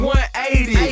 180